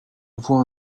vois